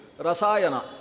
Rasayana